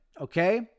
Okay